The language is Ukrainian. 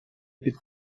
під